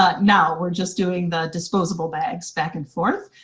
ah now we're just doing the disposable bags back and forth.